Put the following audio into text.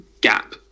gap